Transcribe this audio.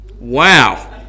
wow